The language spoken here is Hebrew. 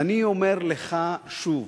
ואני אומר לך שוב,